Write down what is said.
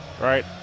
right